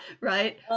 Right